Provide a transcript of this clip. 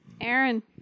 Aaron